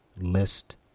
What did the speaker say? list